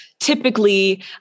Typically